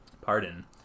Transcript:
pardon